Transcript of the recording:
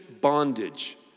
bondage